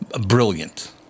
brilliant